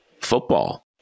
football